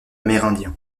amérindien